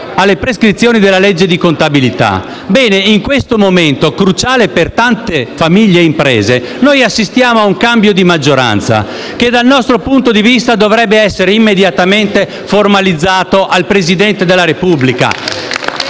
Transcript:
alle prescrizioni della legge di contabilità. Bene, in questo momento cruciale per tante famiglie e imprese noi assistiamo ad un cambio di maggioranza che, dal nostro punto di vista, dovrebbe essere immediatamente formalizzato al Presidente della Repubblica.